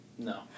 No